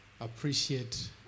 appreciate